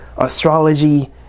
astrology